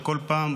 כשבכל פעם,